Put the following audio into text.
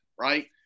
right